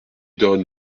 donne